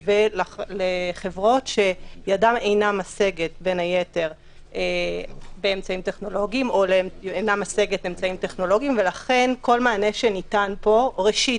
וחברות שידן אינה משגת באמצעים טכנולוגיים ולכן כל מענה שניתן פה ראשית,